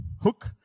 hook